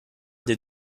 des